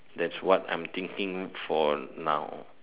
that's what I'm thinking for now